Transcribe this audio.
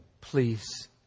please